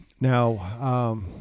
Now